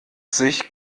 sich